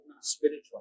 spiritual